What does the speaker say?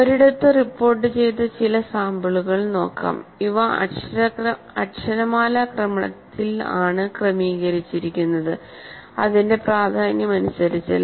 ഒരിടത്ത് റിപ്പോർട്ടുചെയ്ത ചില സാമ്പിളുകൾ നോക്കാം ഇവ അക്ഷരമാലാക്രമത്തിൽ ആണ് ക്രമീകരിച്ചിരിക്കുന്നത് അതിന്റെ പ്രാധാന്യമനുസരിച്ചല്ല